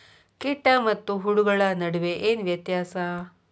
ಕೇಟ ಮತ್ತು ಹುಳುಗಳ ನಡುವೆ ಏನ್ ವ್ಯತ್ಯಾಸ?